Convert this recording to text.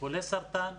חולה סרטן.